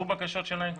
הבקשות שלהם אושרו?